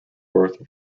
worth